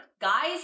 Guys